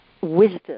wisdom